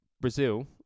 Brazil